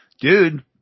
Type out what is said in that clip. dude